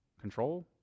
control